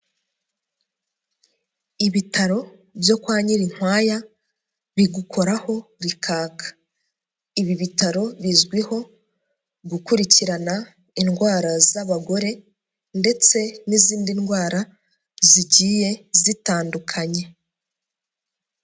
Ibitaro byo kwa Nyirinkwaya bigukoraho rikaka. Ibi bitaro bizwiho gukurikirana indwara z'abagore n'izindi ndwara zigiye zitandukanye.